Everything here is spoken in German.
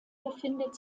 befindet